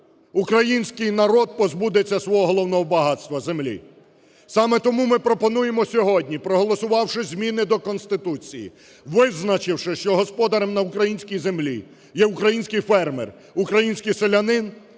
український народ позбудеться свого головного багатства – землі. Саме тому ми пропонуємо сьогодні, проголосувавши зміни до Конституції, визначивши, що господарем на українській землі є український фермер, український селянин,